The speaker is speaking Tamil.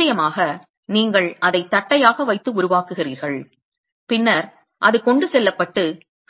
நிச்சயமாக நீங்கள் அதை தட்டையாக வைத்து உருவாக்குகிறீர்கள் பின்னர் அது கொண்டு செல்லப்பட்டு